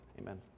amen